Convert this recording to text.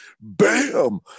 bam